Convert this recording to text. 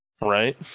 Right